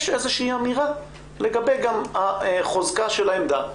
יש איזושהי אמירה לגבי חוזקה של העמדה.